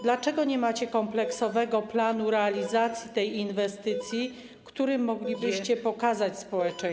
Dlaczego nie macie kompleksowego planu realizacji tej inwestycji, który moglibyście pokazać społeczeństwu?